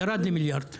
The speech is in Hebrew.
זה ירד למיליארד ₪.